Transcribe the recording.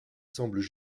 semblent